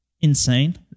insane